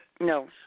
No